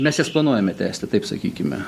mes jas planuojame tęsti taip sakykime